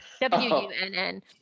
W-U-N-N